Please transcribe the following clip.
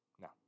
No